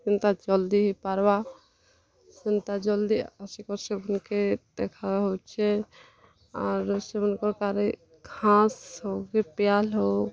ଯେନ୍ତା ଜଲ୍ଦି ହେଇପାର୍ବା ସେନ୍ତା ଜଲ୍ଦି ଆସିକରି ସେମାନ୍କେ ଦେଖା ହେଉଛେ ଆରୁ ସେମାନଙ୍କର୍ କା'ଯେ ଘାଂସ୍ ହେଉ କି ପୁଆଲ୍ ହେଉ